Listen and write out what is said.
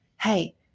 hey